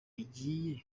bigiye